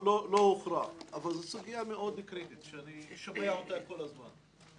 הוכרע אבל זו סוגיה מאוד קריטית שאני שומע אותה כל הזמן.